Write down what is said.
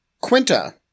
Quinta